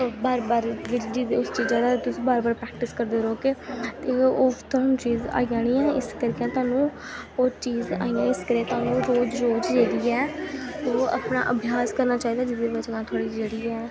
बार बार जेह्ड़ी चीज उस चीजा दा तुस बार बार प्रैकटिस करदे रौह्गे ते ओह् ओह् तोआनूं चीज आई जानी ऐ इस करियै तोआनूं ओह् चीज आई जानी इस करियै तोआनूं रोज रोज जेह्ड़ी ऐ ओह् अपना अभ्यास करना चाहिदा जेह्दी बजह् नाल तोआड़ी जेह्ड़ी ऐ